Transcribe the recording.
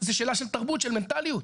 זו שאלה של תרבות, של מנטליות.